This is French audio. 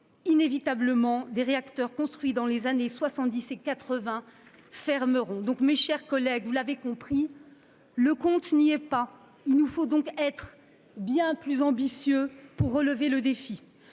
inévitablement les réacteurs construits dans les années 1970 et 1980 fermeront. Mes chers collègues, vous l'avez compris, le compte n'y est pas. Nous devons donc être bien plus ambitieux afin de relever ce défi.